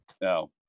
no